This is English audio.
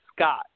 Scott